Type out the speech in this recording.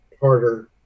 harder